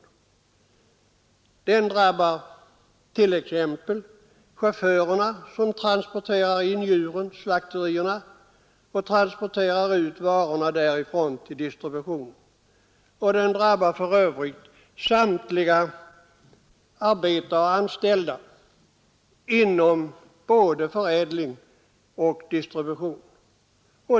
Men den drabbar också t.ex. chaufförerna som transporterar djuren till slakterierna och distribuerar varorna därifrån; den drabbar för övrigt samtliga arbetare och anställda inom både förädling och distribution.